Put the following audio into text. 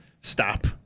Stop